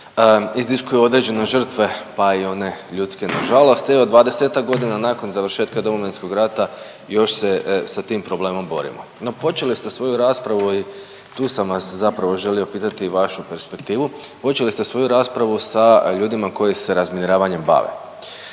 iziskuje određene žrtve, pa i one ljudske, nažalost. Evo, 20-ak godina nakon završetka Domovinskog rata još se sa tim problemom borimo. No, počeli ste svoju raspravu i tu sam vas zapravo želio pitati vašu perspektivu, počeli ste svoju raspravu sa ljudima koji se razminiravanjem bave.